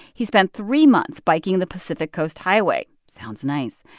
he spent three months biking the pacific coast highway. sounds nice.